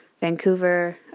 Vancouver